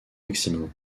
maximin